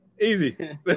easy